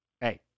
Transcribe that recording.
hey